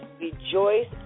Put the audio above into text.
rejoice